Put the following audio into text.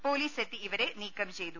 പൊലീസെത്തി ഇവരെ നീക്കം ചെയ്തു